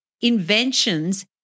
inventions